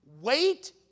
wait